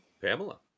pamela